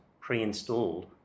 pre-installed